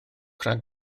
rhag